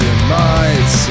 demise